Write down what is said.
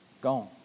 Gone